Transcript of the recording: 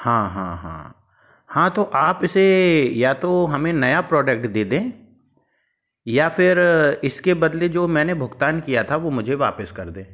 हाँ हाँ हाँ हाँ तो आप इसे या तो हमें नया प्रोडक्ट दे दें या फिर इसके बदले जो मैंने भुगतान किया था वो मुझे वापस कर दें